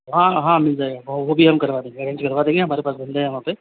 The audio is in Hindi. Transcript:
हाँ हाँ मिल जाएगा और वो भी हम करवा देंगे अरेंज करवा देंगे हमारे पास बंदे हैं वहाँ पर